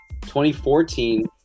2014